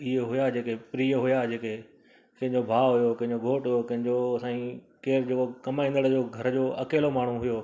इहो हुआ जेके प्रिय हुआ जेके कंहिंजो भाउ हुओ कंहिंजो घोटु हुओ कंहिंजो साईं केर जेको कमाईंदड़ु जेको घर जो अकेलो माण्हू हुओ